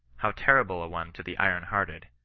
how terrible a one to the iron-hearted,